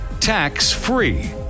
tax-free